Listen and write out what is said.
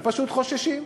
הם פשוט חוששים.